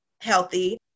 healthy